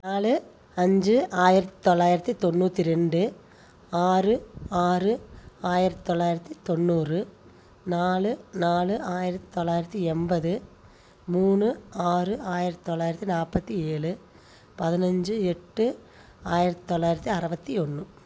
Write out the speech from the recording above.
நாலு அஞ்சு ஆயிரத்தி தொள்ளாயிரத்தி தொண்ணூற்றி ரெண்டு ஆறு ஆறு ஆயிரத்தி தொள்ளாயிரத்தி தொண்ணூரு நாலு நாலு ஆயிரத்தி தொள்ளாயிரத்தி எண்பது மூணு ஆறு ஆயிரத்தி தொள்ளாயிரத்தி நாற்பத்தி ஏழு பதினைஞ்சி எட்டு ஆயிரத்தி தொள்ளாயிரத்தி அறபத்தி ஒன்று